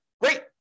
Great